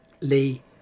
Lee